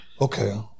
Okay